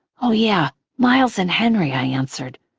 oh yeah, miles and henry, i answered.